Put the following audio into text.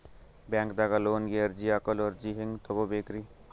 ಬ್ಯಾಂಕ್ದಾಗ ಲೋನ್ ಗೆ ಅರ್ಜಿ ಹಾಕಲು ಅರ್ಜಿ ಹೆಂಗ್ ತಗೊಬೇಕ್ರಿ?